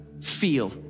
feel